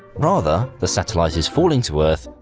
rather the satellite is falling to earth,